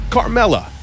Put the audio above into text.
Carmella